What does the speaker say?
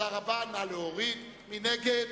מי נגד?